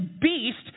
beast